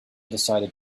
decided